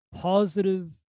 positive